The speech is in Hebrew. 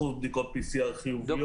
אחוז בדיקות PCR חיוביות.